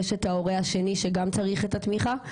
יש את ההורה השני שגם צריך את התמיכה.